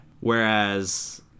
whereas